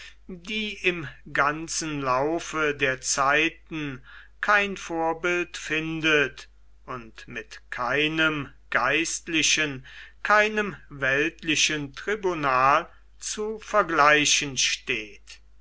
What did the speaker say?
die im ganzen laufe der zeiten kein vorbild findet und mit keinem geistlichen keinem weltlichen tribunal zu vergleichen steht